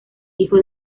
hijo